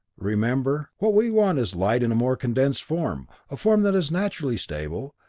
remember what we want is light in a more condensed form, a form that is naturally stable,